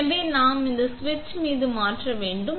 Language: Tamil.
எனவே நாம் அதை சுவிட்ச் மீது மாற்ற வேண்டும்